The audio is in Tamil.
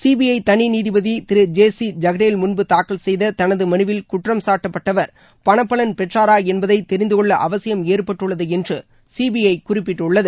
சிபிஐ தனி நீதிபதி திரு ஜே சி ஜகடேல் முன்பு தாக்கல் செய்த தனது மனுவில் குற்றம்சாட்டப்பட்டவர் பணப்பலன் பெற்றாரா என்பதை தெரிந்துகொள்ள அவசியம் ஏற்பட்டுள்ளது என்று சீபிஐ குறிப்பிட்டுள்ளது